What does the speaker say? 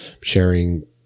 sharing